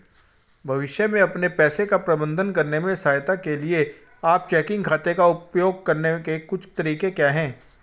भविष्य में अपने पैसे का प्रबंधन करने में सहायता के लिए आप चेकिंग खाते का उपयोग करने के कुछ तरीके क्या हैं?